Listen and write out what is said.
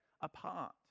apart